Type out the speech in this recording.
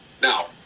Now